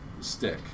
stick